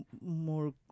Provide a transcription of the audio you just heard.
more